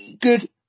Good